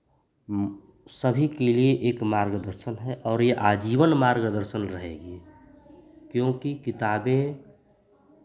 सभी के लिए एक मार्गदर्शन है और ये आजीवन मार्गदर्शन रहेगी क्योंकि किताबें